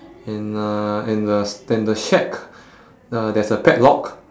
and uh and the s~ and the shack uh there's a padlock